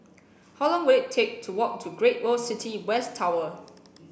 how long will it take to walk to Great World City West Tower